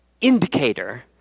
indicator